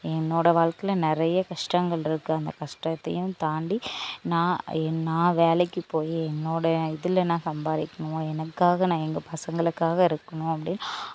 என்னோட வாழ்க்கையில் நிறைய கஷ்டங்கள் இருக்கு அந்த கஷ்டத்தையும் தாண்டி நான் நான் வேலைக்கு போய் என்னோட இதில் நான் சம்பாதிக்கணும் எனக்காக நான் எங்கள் பசங்களுக்காக இருக்கணும் அப்படின்னு